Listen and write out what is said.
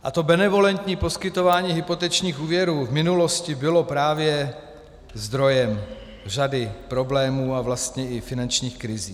A benevolentní poskytování hypotečních úvěrů v minulosti bylo právě zdrojem řady problémů a vlastně i finančních krizí.